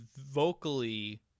vocally